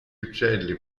uccelli